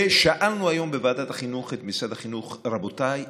שאלנו היום בוועדת החינוך את משרד החינוך: רבותיי,